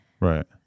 Right